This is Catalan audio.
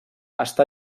està